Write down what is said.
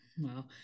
Wow